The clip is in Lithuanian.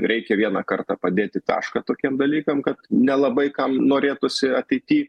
reikia vieną kartą padėti tašką tokiem dalykam kad nelabai kam norėtųsi ateity